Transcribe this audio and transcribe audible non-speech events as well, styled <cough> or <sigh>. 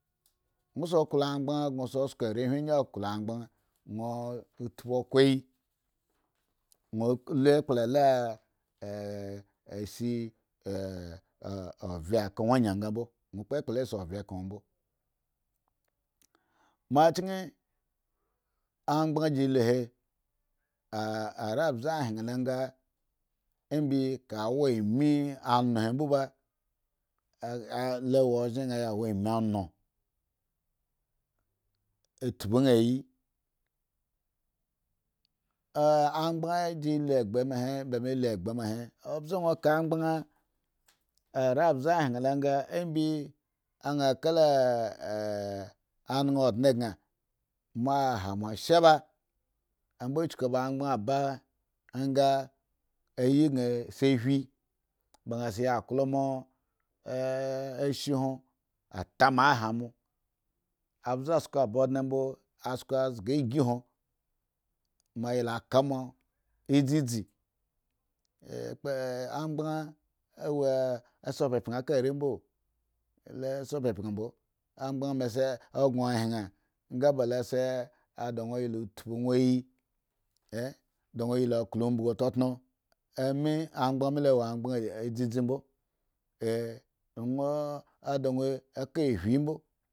Owon se wo angban ba won sko arehwin ayin ae kpo angban won tpu okoyi <hesitation> mo achen angban jilo he err mo hwen lo nga ibi ka waam anu he mbo ba le wo ozhen gan ya wa ami anu a tpu nga ayi angban lu egba ma he ba me lu egba ma he are hwen able hwe lo nga ibi nga kala anaodne gan wo aha sha ba mbo chaka ba angban nga ayi gan se hwi ba nga seya klo mo ashe hwon atama a hamo obza sko ba odne mbo asko ghre igi hwon mo ya laka moe dzidzi angban se pyapyan aka are mbo angban a se pyapyan a de are mbo <hesitation> da won se la tpu won agi angban mi lo a wo angban dzedze mbo lo da won eka ahwi mbo